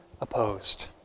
opposed